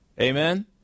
Amen